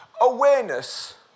awareness